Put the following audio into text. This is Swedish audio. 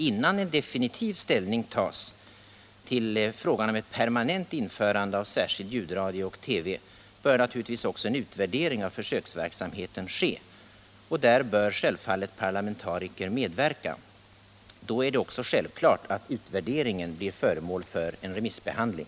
Innan definitiv ställning tas till frågan om ett permanent införande av särskild ljudradio och TV bör naturligtvis också en utvärdering av försöksverksamheten ske. Där bör självfallet parlamentariker medverka. Då är det också självklart att utvärderingen blir föremål för en remissbehandling.